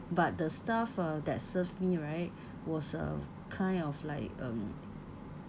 but the staff uh that served me right was uh kind of like uh